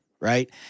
right